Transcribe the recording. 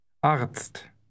Arzt